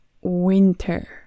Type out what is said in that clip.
winter